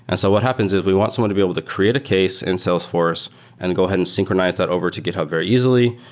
and so what happens is we want someone to be able to create a case in salesforce and go ahead and synchronize that over to github very easily,